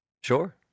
sure